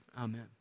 Amen